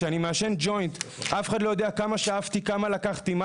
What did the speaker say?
כשאני מעשן ג'וינט אף אחד לא יודע כמה שאפתי ומה לקחתי.